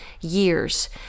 years